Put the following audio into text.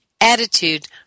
Attitude